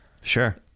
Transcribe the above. Sure